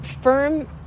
firm